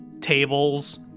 tables